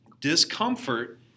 discomfort